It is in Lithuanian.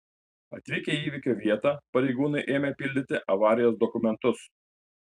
atvykę į įvykio vietą pareigūnai ėmė pildyti avarijos dokumentus